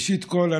ראשית כול,